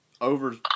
over